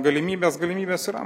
galimybės galimybės yra